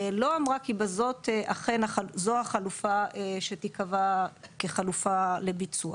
לא אמרה כי בזאת אכן החלופה שזו תקבעה כחלופה לביצוע.